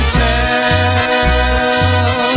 tell